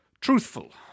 truthful